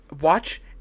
Watch